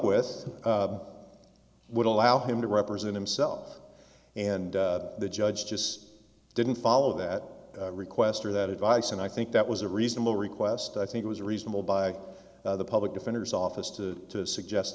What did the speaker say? with would allow him to represent himself and the judge just didn't follow that request or that advice and i think that was a reasonable request i think it was reasonable by the public defender's office to suggest